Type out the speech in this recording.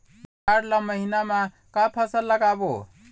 जाड़ ला महीना म का फसल लगाबो?